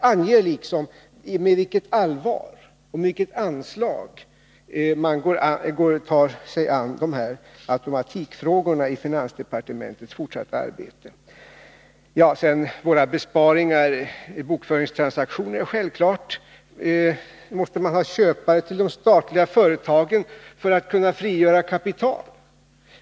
Kan han ange med vilket allvar och anslag man i finansdepartementets fortsatta arbete tar sig an dessa automatikfrågor? Så till frågan om besparingar och bokföringstransaktioner. Självfallet måste det finnas köpare av de statsliga företagen för att kunna frigöra kapital.